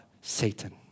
Satan